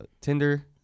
Tinder